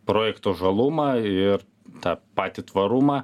projekto žalumą ir tą patį tvarumą